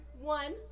one